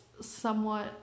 somewhat